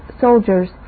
soldiers